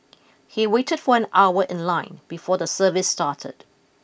he waited for an hour in line before the service started